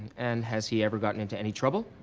and has he ever gotten into any trouble?